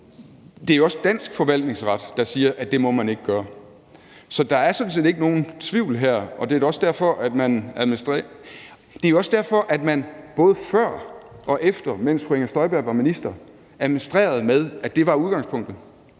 Det er også dansk forvaltningsret, der siger, at det må man ikke gøre. Så der er sådan set ikke nogen tvivl her, og det er også derfor, at man både før og efter, mens fru Inger Støjberg var minister, administrerede med, at det var udgangspunktet.